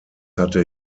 hatte